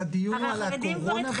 אז הדיון הוא על הקורונה?